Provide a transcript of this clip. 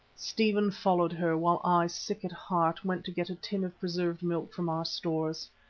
stephen followed her, while i, sick at heart, went to get a tin of preserved milk from our stores.